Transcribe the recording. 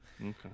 Okay